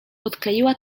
odkleiła